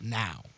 now